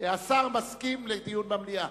השר מסכים לדיון במליאה.